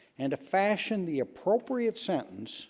and to fashion the appropriate sentence